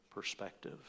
perspective